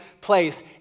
place